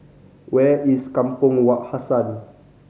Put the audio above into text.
where is Kampong Wak Hassan